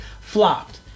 Flopped